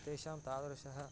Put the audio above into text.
तेषां तादृशः